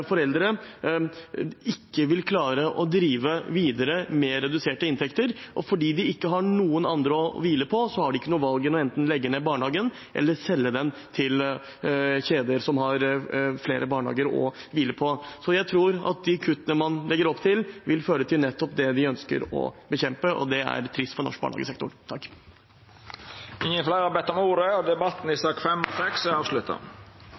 foreldre – ikke vil klare å drive videre med reduserte inntekter. Og fordi de ikke har noen andre å hvile på, har de ikke noe annet valg enn enten å legge ned barnehagen eller selge den til kjeder som har flere barnehager å hvile på. Så jeg tror at de kuttene man legger opp til, vil føre til nettopp det man ønsker å bekjempe, og det er trist for den norske barnehagesektoren. Fleire har ikkje bedt om ordet til sakene nr. 5 og